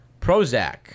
Prozac